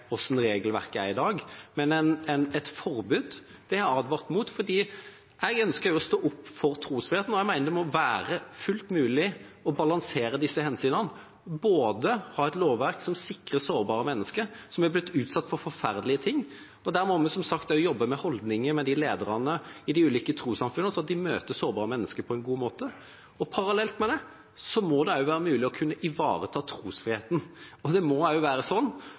regelverket er i dag, men et forbud har jeg advart mot fordi jeg ønsker å stå opp for trosfriheten. Jeg mener det må være fullt mulig å balansere disse hensynene og ha et lovverk som sikrer sårbare mennesker som er blitt utsatt for forferdelige ting – og der må vi som sagt også jobbe med holdninger hos lederne i de ulike trossamfunnene, sånn at de møter sårbare mennesker på en god måte – og parallelt med det kunne ivareta trosfriheten. Det må også være sånn at trossamfunn må kunne tro og